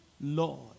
Lord